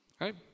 Right